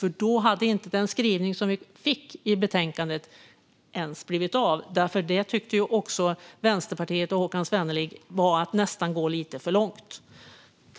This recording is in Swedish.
Då hade nämligen inte den skrivning som vi fick i betänkandet kommit till stånd, för den tyckte Vänsterpartiet och Håkan Svenneling var att gå nästan lite för långt.